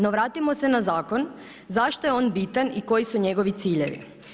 No vratimo se na zakon, zašto je on bitan i koji su njegovi ciljevi.